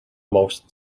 most